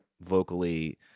vocally